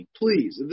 please